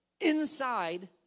inside